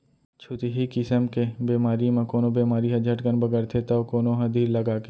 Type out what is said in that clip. छुतही किसम के बेमारी म कोनो बेमारी ह झटकन बगरथे तौ कोनो ह धीर लगाके